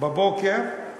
בבוקר,